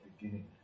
beginning